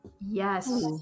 Yes